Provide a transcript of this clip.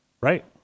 Right